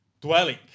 dwelling